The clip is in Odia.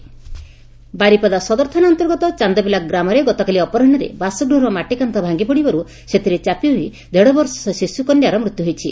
କାନୁ ପଡ଼ି ଶିଶୁ ମୃତ୍ୟୁ ବାରିପଦା ସଦର ଥାନା ଅନ୍ତର୍ଗତ ଚାନ୍ଦବିଲା ଗ୍ରାମରେ ଗତକାଲି ଅପରାହ୍ସରେ ବାସଗୃହର ମାଟି କାନ୍ଚ ଭାଙ୍ଗି ପଡ଼ିବାରୁ ସେଥିରେ ଚାପି ହୋଇ ଦେଢ଼ ବର୍ଷର ଶିଶୁ କନ୍ୟାର ମୃତ୍ୟୁ ହୋଇଛି